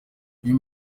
uyu